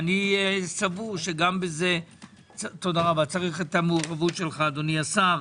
אני סבור שגם בזה צריך מעורבותך, אדוני השר.